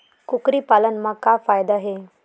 कुकरी पालन म का फ़ायदा हे?